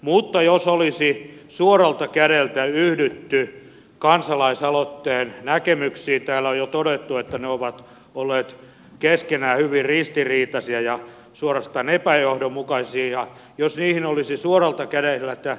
mutta jos olisi mietinnössä suoralta kädeltä yhdytty kansalaisaloitteen näkemyksiin täällä on jo todettu että ne ovat olleet keskenään hyvin ristiriitaisia ja suorastaan epäjohdonmukaisia jos niihin olisi suoralta kädeltä